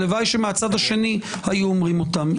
הלוואי שמהצד השני היו אומרים אותם.